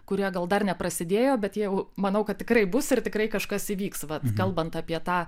kurie gal dar neprasidėjo bet jau manau kad tikrai bus ir tikrai kažkas įvyks vat kalbant apie tą